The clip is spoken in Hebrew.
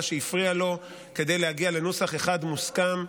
שהפריע לו כדי להגיע לנוסח אחד מוסכם,